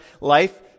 life